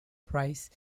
prize